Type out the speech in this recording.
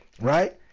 right